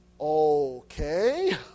okay